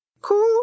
Cool